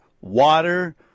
water